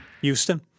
Houston